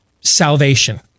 salvation